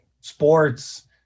sports